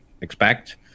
expect